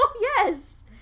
Yes